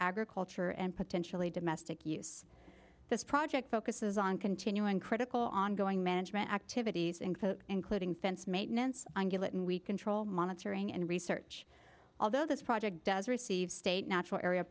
agriculture and potentially domestic use this project focuses on continuing critical ongoing management activities and including fence maintenance and get and we control monitoring and research although this project does receive state natural area